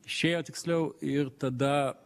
išėjo tiksliau ir tada